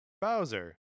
Bowser